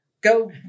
Go